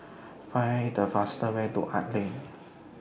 Find The fastest Way to Arts LINK